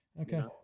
Okay